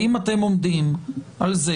האם אתם עומדים על זה